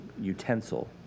utensil